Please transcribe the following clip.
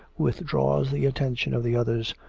withdraws the attention of the others,